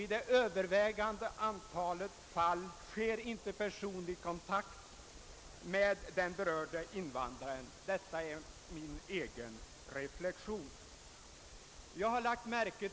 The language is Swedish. I övervägande antalet fall förekommer heller ingen personlig kontakt med den berörde invandraren — det är min egen reflexion.